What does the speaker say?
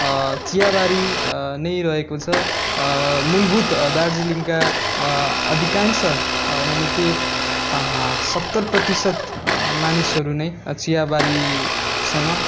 चियाबारी नै रहेको छ मूलभूत दार्जिलिङका अधिकांश यानि कि सत्तर प्रतिशत मानिसहरू नै चियाबारीसँग